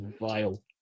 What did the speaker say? vile